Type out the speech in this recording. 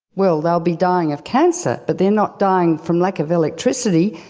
well they'll be dying of cancer, but they're not dying from lack of electricity.